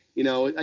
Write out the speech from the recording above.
you know. ah